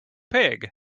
pig